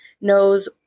knows